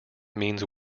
means